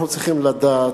אנחנו צריכים לדעת: